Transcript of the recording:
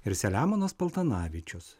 ir selemonas paltanavičius